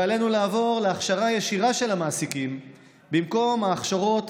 ועלינו לעבור להכשרה ישירה של המעסיקים במקום ההכשרות